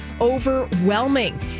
overwhelming